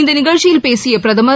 இந்த நிகழ்ச்சியில் பேசிய பிரதமர்